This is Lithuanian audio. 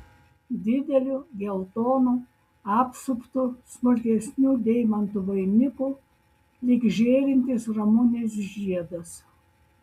dideliu geltonu apsuptu smulkesnių deimantų vainiku lyg žėrintis ramunės žiedas